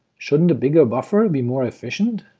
shouldn't the bigger buffer be more efficient?